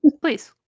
Please